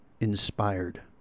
inspired